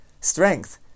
Strength